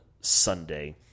Sunday